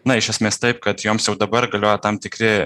na iš esmės taip kad joms jau dabar galioja tam tikri